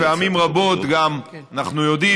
פעמים רבות אנחנו גם יודעים,